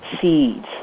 seeds